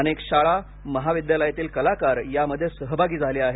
अनेक शाळा महाविद्यालयातील कलाकार यामध्ये सहभागी झाले आहेत